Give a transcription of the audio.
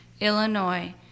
Illinois